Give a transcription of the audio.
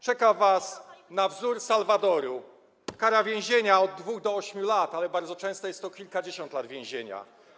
Czeka was na wzór Salwadoru kara więzienia od 2 do 8 lat, ale bardzo często jest to kilkadziesiąt lat więzienia.